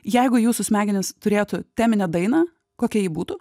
jeigu jūsų smegenys turėtų teminę dainą kokia ji būtų